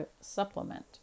Supplement